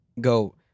go